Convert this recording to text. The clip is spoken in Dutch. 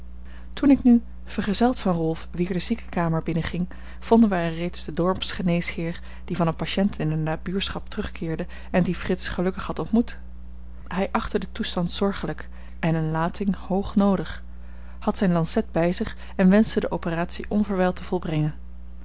toen ik nu vergezeld van rolf weer de ziekenkamer binnenging vonden wij er reeds den dorpsgeneesheer die van een patiënt in de nabuurschap terugkeerde en dien frits gelukkig had ontmoet hij achtte den toestand zorgelijk en een lating hoog noodig had zijn lancet bij zich en wenschte de operatie onverwijld te volbrengen